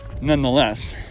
nonetheless